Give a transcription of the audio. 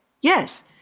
yes